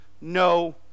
no